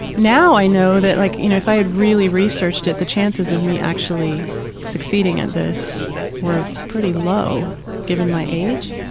now i know that like you know, if i had really researched it, the chances of me actually succeeding at this were pretty low given my age.